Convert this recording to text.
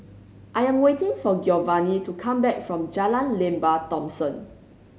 I am waiting for Giovani to come back from Jalan Lembah Thomson